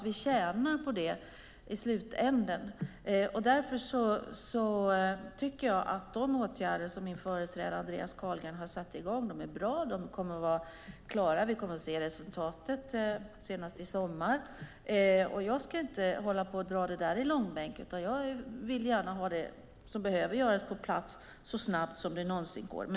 Vi tjänar på den i slutänden. De åtgärder som min företrädare Andreas Carlgren har satt i gång är bra. De kommer att vara klara och vi får se resultatet senast i sommar. Jag ska inte dra det i långbänk, utan jag vill ha det som behöver göras på plats så snabbt som det går.